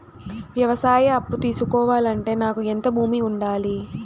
వ్యవసాయ అప్పు తీసుకోవాలంటే నాకు ఎంత భూమి ఉండాలి?